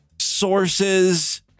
sources